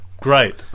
great